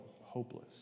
hopeless